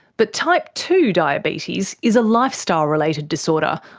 but type two diabetes is a lifestyle related disorder,